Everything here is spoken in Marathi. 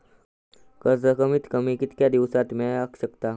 कर्ज कमीत कमी कितक्या दिवसात मेलक शकता?